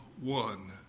one